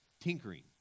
tinkering